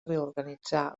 reorganitzar